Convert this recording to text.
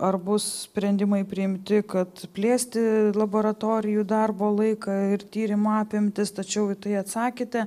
ar bus sprendimai priimti kad plėsti laboratorijų darbo laiką ir tyrimo apimtis tačiau į tai atsakėte